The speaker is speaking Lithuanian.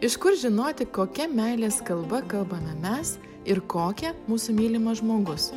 iš kur žinoti kokia meilės kalba kalbama mes ir kokia mūsų mylimas žmogus